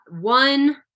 one